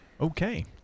Okay